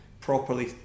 properly